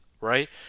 right